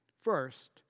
First